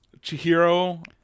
chihiro